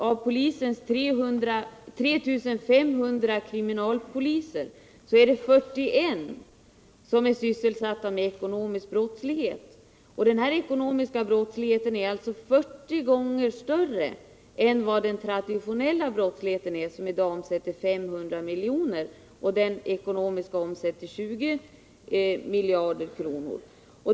Av polisens 3 500 kriminalpoliser ägnar sig bara 41 åt polisarbete på grund av ekonomisk brottslighet trots att denna är 40 gånger större än den traditionella brottsligheten som i dag omsätter 500 miljoner kronor. Den ekonomiska brottsligheten omsätter däremot 20 miljarder kronor.